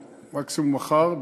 או מקסימום מחר,